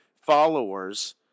followers